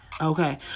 okay